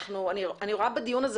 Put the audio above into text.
אני רואה בדיון הזה,